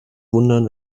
wundern